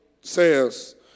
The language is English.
says